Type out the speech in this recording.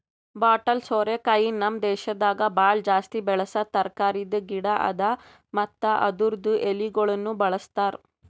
bottle ಸೋರೆಕಾಯಿ ನಮ್ ದೇಶದಾಗ್ ಭಾಳ ಜಾಸ್ತಿ ಬೆಳಸಾ ತರಕಾರಿದ್ ಗಿಡ ಅದಾ ಮತ್ತ ಅದುರ್ದು ಎಳಿಗೊಳನು ಬಳ್ಸತಾರ್